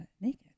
naked